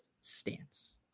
Stance